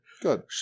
Good